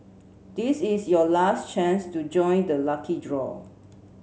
this is your last chance to join the lucky draw